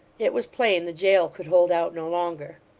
it was plain the jail could hold out no longer.